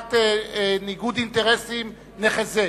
מבחינת ניגוד אינטרסים נחזה.